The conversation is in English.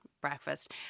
breakfast